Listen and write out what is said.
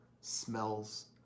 smells